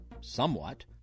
somewhat